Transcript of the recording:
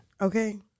Okay